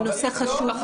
זה נושא חשוב.